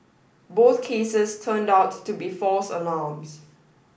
both cases turned out to be false alarms